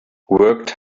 worked